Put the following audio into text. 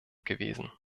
gewesen